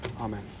Amen